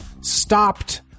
stopped